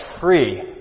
free